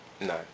No